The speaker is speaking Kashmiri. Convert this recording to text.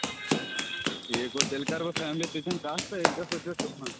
ٹھیٖک گوٚو تیٚلہِ کر بہٕ فیملی سۭتۍ کَتھ تہٕ أسۍ گَژھو تیٚلہِ صُبحن